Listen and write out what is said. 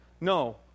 No